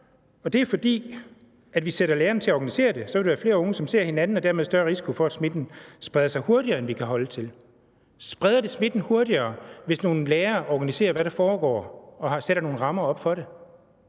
er det fordi, at hvis vi sætter læreren til at organisere det, så vil der være flere unge, som ser hinanden, og dermed vil der være større risiko for, at smitten spreder sig hurtigere, end vi kan holde til. Spreder det smitten hurtigere, hvis nogle lærere organiserer, hvad der foregår, og sætter nogle rammer op for det?